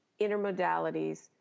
intermodalities